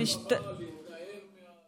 השר לוין.